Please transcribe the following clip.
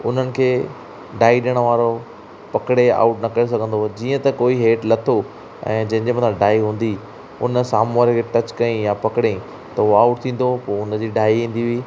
उन्हनि खे डाई ॾियण वारो पकिड़े आउट न करे सघंदो हो जीअं त कोई हेठि लथो ऐं जंहिंजे मथा डाई हूंदी उन साम्हूं वारे खे टच कईं या पकिड़ईं त हो आउट थींदो पोइ हुनजी डाई ईंदी हुई